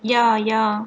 ya ya